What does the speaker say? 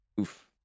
oof